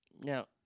Now